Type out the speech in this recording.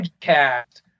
cast